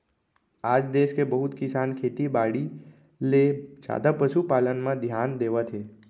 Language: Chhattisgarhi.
आज देस के बहुत किसान खेती बाड़ी ले जादा पसु पालन म धियान देवत हें